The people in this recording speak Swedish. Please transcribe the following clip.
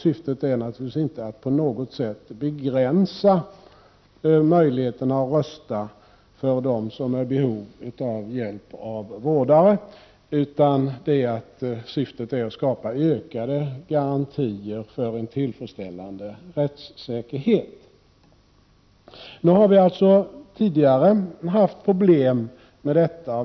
Syftet är naturligtvis inte att på något sätt begränsa möjligheterna att rösta för dem som är i behov av att ha hjälp av vårdare. Syftet är att skapa ökade garantier för en tillfredsställande rättssäkerhet. Tidigare har vi således haft problem med detta.